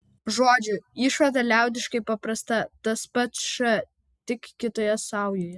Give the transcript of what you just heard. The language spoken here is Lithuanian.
žodžiu išvada liaudiškai paprasta tas pats š tik kitoje saujoje